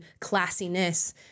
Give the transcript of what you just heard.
classiness